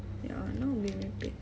ya now dia merepek